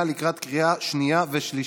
לקראת קריאה שנייה ושלישית.